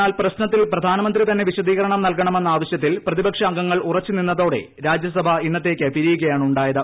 എന്നാൽ പ്രശ്നത്തിൽ പ്രധാനമന്ത്രി തന്നെ വിശദീകരണം നൽകണമെന്ന് ആവശ്യത്തിൽ പ്രതിപക്ഷ അംഗങ്ങൾ ഉറച്ചു നിന്നതോടെ രാജ്യസഭ ഇന്നത്തേക്ക് പിരിയുകയാണു ായത്